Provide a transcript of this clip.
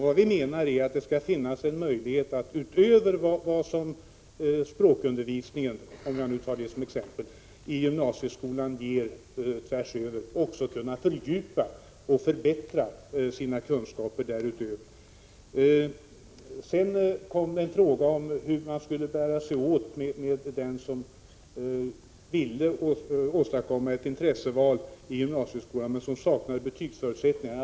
Vad vi menar är att det skulle finnas en möjlighet att, utöver vad exempelvis språkundervisningen i gymnasieskolan ger tvärsöver, också fördjupa och förbättra sina kunskaper. Sedan kom det en fråga om hur man skulle bära sig åt med den som ville göra ett intresseval i gymnasieskolan men saknade betygsförutsättningarna.